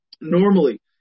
Normally